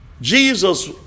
Jesus